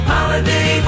Holiday